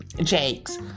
Jakes